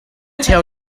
tell